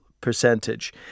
percentage